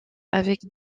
avec